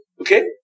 Okay